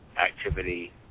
activity